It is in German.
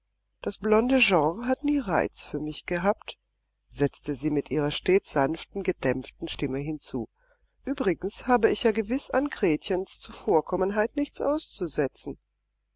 das blonde genre hat nie reiz für mich gehabt setzte sie mit ihrer stets sanften gedämpften stimme hinzu uebrigens habe ich ja gewiß an gretchens zuvorkommenheit nichts auszusetzen